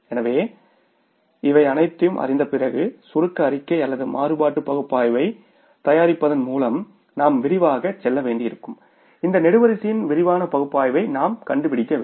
எனவே இவை அனைத்தையும் அறிந்த பிறகு சுருக்க அறிக்கை அல்லது மாறுபாடு பகுப்பாய்வைத் தயாரிப்பதன் மூலம் நாம் விரிவாகச் செல்ல வேண்டியிருக்கும் இந்த நெடுவரிசையின் விரிவான பகுப்பாய்வை நாம் கண்டுபிடிக்க வேண்டும்